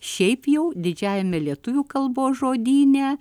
šiaip jau didžiajame lietuvių kalbos žodyne